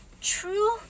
true